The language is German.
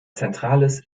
zentrales